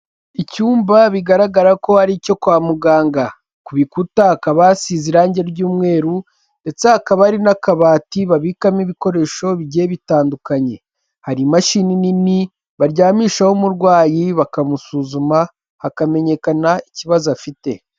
Icyumba bigaragara ko ari icyo kwa muganga. Ku bikuta hakaba hasize irangi ry'umweru ndetse hakaba hari n'akabati babikamo ibikoresho bigiye bitandukanye. Hari imashini nini baryamishaho umurwayi, bakamusuzuma, hakamenyekana ikibazo afite.